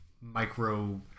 micro